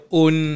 own